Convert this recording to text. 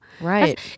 right